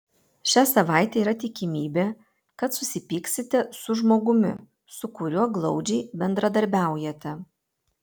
šią savaitę yra tikimybė kad susipyksite su žmogumi su kuriuo glaudžiai bendradarbiaujate